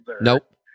Nope